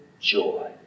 joy